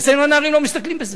אצלנו הנערים לא מסתכלים בזה.